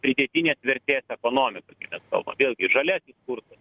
pridėtinės vertės ekonomika kaip mes kalbam vėlgi žaliasis kursas